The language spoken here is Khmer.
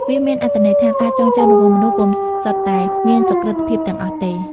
វាមានអត្ថន័យថា ការចងចាំរបស់មនុស្ស ពុំសុទ្ធតែមានសុក្រឹតភាពទាំងអស់ទេ ។